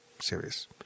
serious